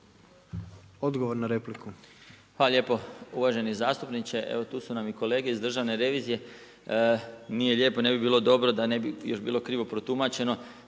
Zdravko** Hvala lijepo uvaženi zastupniče. Evo tu su nam i kolege iz Državne revizije, nije lijepo, ne bi bilo dobro, da ne bi još bilo krivo protumačeno,